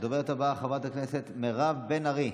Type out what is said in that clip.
הדוברת הבאה, חברת הכנסת מירב בן ארי.